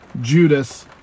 Judas